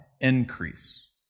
increase